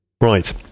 Right